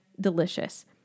delicious